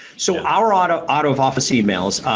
so, our auto out-of-office emails,